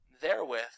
therewith